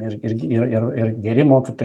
ir irgi ir ir ir geri mokytojai